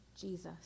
jesus